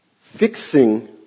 fixing